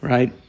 Right